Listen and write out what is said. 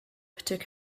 took